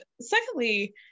secondly